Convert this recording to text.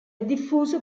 diffuso